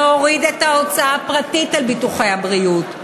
להוריד את ההוצאה הפרטית על ביטוחי הבריאות,